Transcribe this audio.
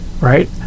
right